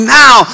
now